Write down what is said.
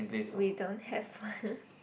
we don't have one